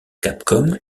capcom